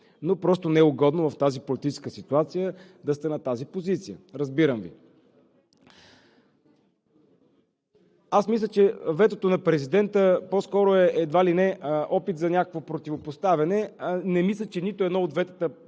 Просто не е угодно в тази политическа ситуация да сте на тази позиция. Разбирам Ви. Мисля, че ветото на президента по-скоро е едва ли не опит за някакво противопоставяне. Не мисля, че нито едно от ветата,